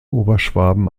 oberschwaben